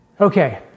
Okay